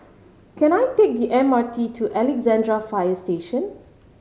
can I take the M R T to Alexandra Fire Station